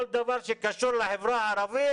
כל דבר שקשור לחברה הערבית,